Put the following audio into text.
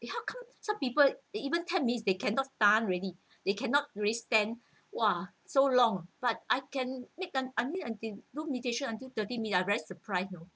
how come some people they even ten minutes they cannot tahan already they cannot really stand !wah! so long but I can make I I mean I do meditation until thirty minutes I'm very surprise you know